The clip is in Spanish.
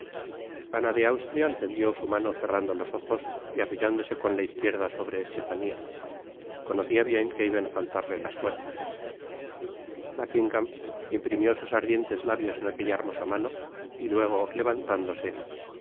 ana de austria le tendió su mano cerrando los ojos y apoyándose con la izquierda sobre estefania conocia bien que iban á faltarle las fuerzas buckingam imprimió sus ardientes labios en aquella hermosa mano y luego levantándose